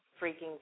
freaking